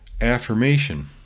Affirmation